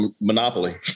Monopoly